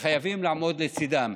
והם חייבים לעמוד לצידם.